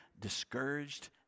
discouraged